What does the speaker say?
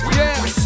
yes